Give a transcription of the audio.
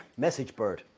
MessageBird